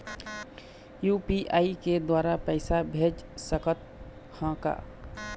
UPI के द्वारा पैसा भेज सकत ह का?